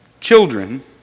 children